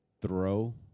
throw